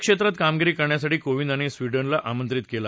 क्षेत्रात कामगिरी करण्यासाठी कोविंद यांनी स्वीडनला आमंत्रित केलं